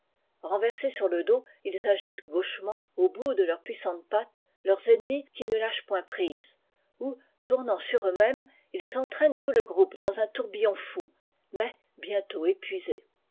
renversés sur le dos ils agitent gauchement au bout de leurs puissantes pattes leurs enneqûes qui ne lâchent point prise ou tournant sur eux ils entraînent tout l i groupe dans un tourbillon fou mais bientôt épuisé